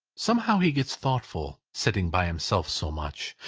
somehow he gets thoughtful, sitting by himself so much,